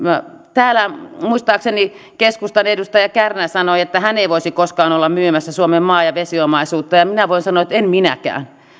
täällä muistaakseni keskustan edustaja kärnä sanoi että hän ei voisi koskaan olla myymässä suomen maa ja vesiomaisuutta ja minä voin sanoa että en minäkään